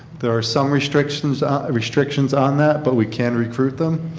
there are some restrictions ah restrictions on that but we can recruit them.